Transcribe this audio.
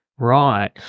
Right